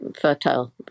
fertile